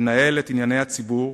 לנהל את ענייני הציבור